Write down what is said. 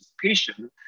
participation